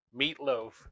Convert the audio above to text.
meatloaf